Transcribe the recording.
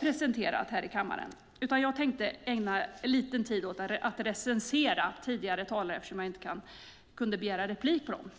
presenterat här i kammaren. Jag tänkte ägna lite tid till att recensera tidigare talare, eftersom jag inte kunde begära replik på dem.